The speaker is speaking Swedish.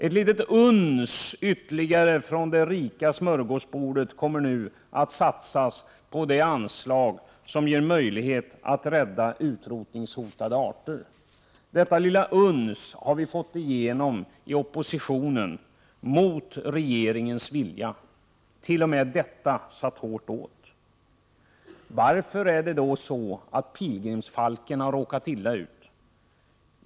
Ett litet uns ytterligare av det rika smörgåsbordet kommer nu att satsas på det anslag som ger möjlighet att rädda utrotningshotade arter. Detta lilla uns har vi från oppositionens sida fått igenom mot regeringens vilja, och t.o.m. detta satt hårt åt. Varför har då pilgrimsfalken råkat illa ut?